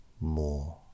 more